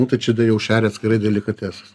nu tai čia da jau šešia atskirai delikatesais